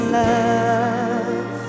love